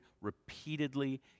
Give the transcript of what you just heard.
repeatedly